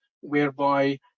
whereby